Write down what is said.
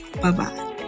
Bye-bye